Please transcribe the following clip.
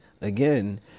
again